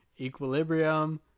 equilibrium